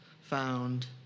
found